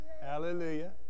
Hallelujah